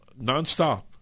nonstop